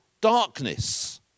darkness